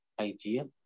idea